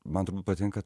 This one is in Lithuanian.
man turbūt patinka